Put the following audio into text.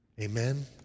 Amen